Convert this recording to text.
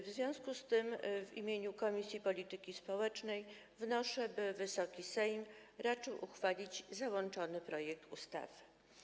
W związku z tym w imieniu komisji polityki społecznej wnoszę, by Wysoki Sejm raczył uchwalić załączony projekt ustawy.